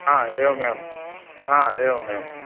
एवमेवम् एवमेवम्